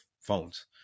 phones